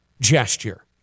gesture